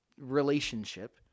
relationship